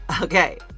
Okay